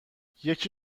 یکی